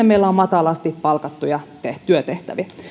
meillä on matalasti palkattuja työtehtäviä